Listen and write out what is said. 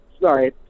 Sorry